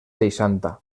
seixanta